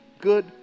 good